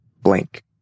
blank